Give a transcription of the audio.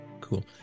Cool